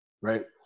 right